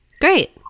Great